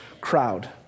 crowd